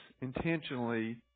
intentionally